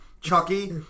Chucky